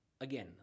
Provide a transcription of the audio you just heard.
again